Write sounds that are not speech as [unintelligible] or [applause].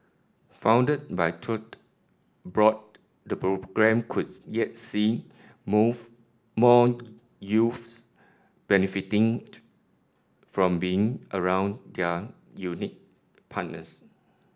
funded by Tote Board the programme could yet see move more [unintelligible] benefiting from being around their unique partners